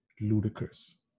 ludicrous